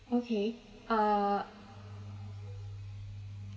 okay uh